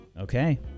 Okay